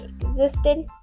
existed